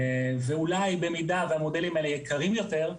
ואולי במידה והמודלים האלה יקרים יותר,